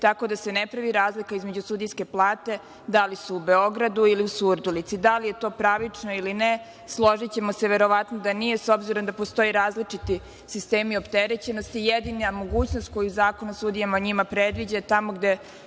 Tako da se ne pravi razlika između sudijske plate da li su u Beogradu ili u Surdulici. Da li je to pravično ili ne. Složićemo se verovatno da nije, s obzirom da postoje različiti sistemi opterećenosti i jednina mogućnost koju Zakon o sudijama njima predviđa, je tamo gde